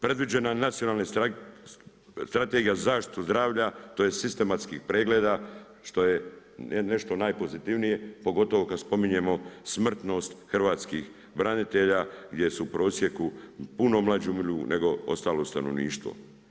Predviđeno je nacionalna strategija zaštitu zdravlja, tj. sistematskih pregleda, što ej nešto najpozitivnije, pogotovo kad spominjemo smrtnost hrvatskih branitelja gdje u prosjeku puno mlađi umiru nego ostalo stanovništvo.